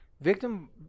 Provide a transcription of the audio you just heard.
victim